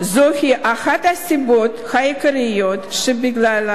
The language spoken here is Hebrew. זוהי אחת הסיבות העיקריות שבגללן